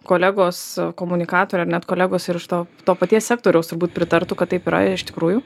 kolegos komunikatoriai ar net kolegos ir iš to to paties sektoriaus turbūt pritartų kad taip yra ir iš tikrųjų